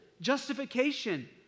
justification